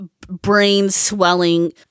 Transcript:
brain-swelling